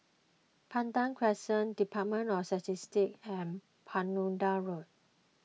Pandan Crescent Department of Statistics and Road